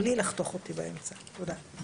בלי לחתוך אותי באמצע, תודה.